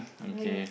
okay